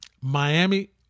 Miami